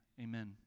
amen